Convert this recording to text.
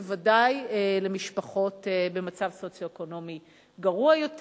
בוודאי למשפחות במצב סוציו-אקונומי גרוע יותר.